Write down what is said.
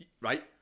right